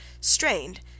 strained